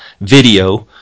video